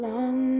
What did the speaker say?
Long